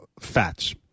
fats